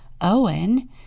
Owen